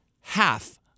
half